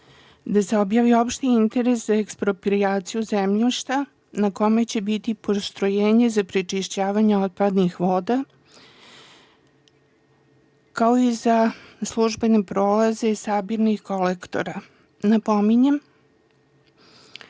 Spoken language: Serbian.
da se objavi opšti interes za eksproprijaciju zemljišta na kome će biti postrojenje za prečišćavanje otpadnih voda, kao i za službene prolaze i sabirnih kolektora. Napominjem